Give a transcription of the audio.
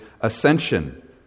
ascension